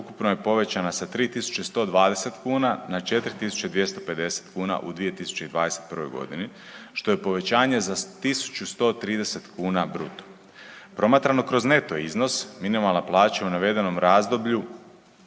ukupno je povećana sa 3.120 kuna na 4.250 kuna u 2021.g., što je povećanje za 1.130 kuna bruto. Promatrano kroz neto iznos minimalna plaća u navedenom razdoblju